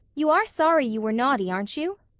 you are sorry you were naughty, aren't you?